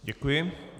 Děkuji.